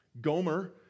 Gomer